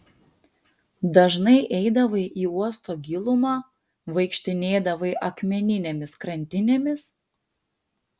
dažnai eidavai į uosto gilumą vaikštinėdavai akmeninėmis krantinėmis